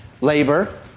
labor